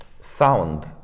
sound